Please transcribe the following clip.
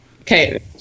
Okay